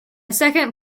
second